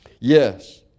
Yes